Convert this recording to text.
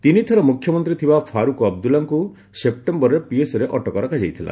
ତିନିଥର ମୁଖ୍ୟମନ୍ତ୍ରୀ ଥିବା ଫାରୁକ ଅବଦୁଲ୍ଲାଙ୍କୁ ସେପ୍ଟେମ୍ବରରେ ପିଏସ୍ଏରେ ଅଟକ ରଖାଯାଇଥିଲା